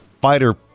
fighter